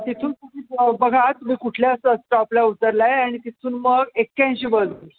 तिथून तुम्ही बघा तुम्ही कुठल्या स्टॉपला उतरला आहे आणि तिथून मग एक्याऐंशी बस